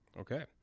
Okay